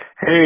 Hey